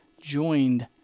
joined